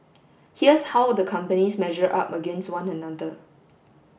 here's how the companies measure up against one another